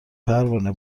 پروانه